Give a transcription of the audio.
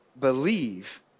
believe